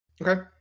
Okay